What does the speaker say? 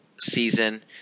season